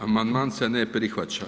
Amandman se ne prihvaća.